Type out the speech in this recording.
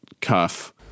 cuff